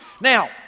Now